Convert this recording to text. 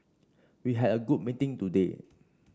we had a good meeting today